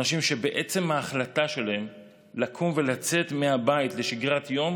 אנשים שבעצם ההחלטה שלהם לקום ולצאת מהבית לשגרת יום